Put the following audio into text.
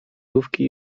jówki